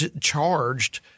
charged